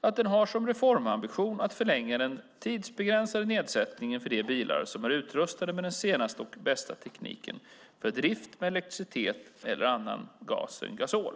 att den har som reformambition att förlänga den tidsbegränsade nedsättningen för de bilar som är utrustade med den senaste och bästa tekniken för drift med elektricitet eller annan gas än gasol.